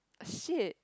shit